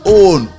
own